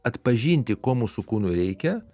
atpažinti ko mūsų kūnui reikia